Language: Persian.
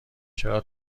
چرا